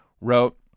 wrote